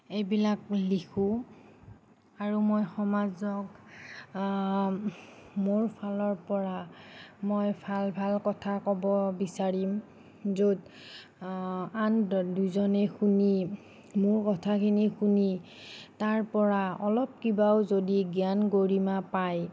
এইবিলাক লিখোঁ আৰু মই সমাজক মোৰ ফালৰ পৰা মই ভাল ভাল কথা ক'ব বিচাৰিম য'ত আন দুজনে শুনি মোৰ কথাখিনি শুনি তাৰপৰা অলপ কিবাও যদি জ্ঞান গৰিমা পায়